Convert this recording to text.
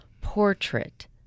portrait